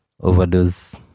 overdose